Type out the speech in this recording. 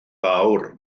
fawr